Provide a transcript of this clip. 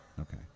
Okay